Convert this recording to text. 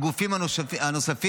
היו גם חילוקי דעות בין הגופים הנוספים